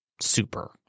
super